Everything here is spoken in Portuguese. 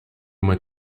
uma